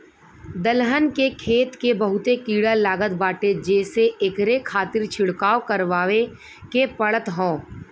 दलहन के खेत के बहुते कीड़ा लागत बाटे जेसे एकरे खातिर छिड़काव करवाए के पड़त हौ